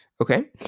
okay